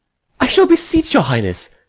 i shall beseech your highness,